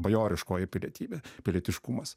bajoriškoji pilietybė pilietiškumas